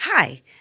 Hi